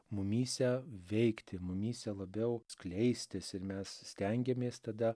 mumyse veikti mumyse labiau skleistis ir mes stengiamės tada